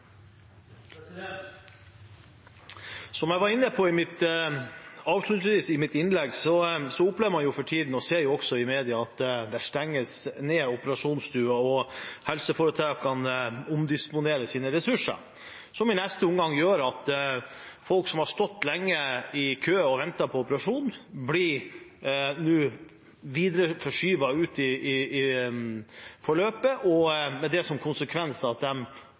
Som jeg avslutningsvis var inne på i mitt innlegg, opplever man for tiden – og man ser det også i mediene – at det stenges ned operasjonsstuer, og at helseforetakene omdisponerer sine ressurser. Det gjør i neste omgang at folk som har stått lenge i kø og ventet på operasjon, nå blir videre forskjøvet ut i forløpet, med det som konsekvens at